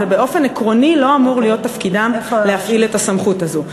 זה באופן עקרוני לא אמור להיות תפקידם להפעיל את הסמכות הזאת.